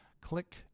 click